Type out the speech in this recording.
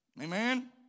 Amen